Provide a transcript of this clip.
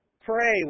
Pray